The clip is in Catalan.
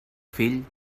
fill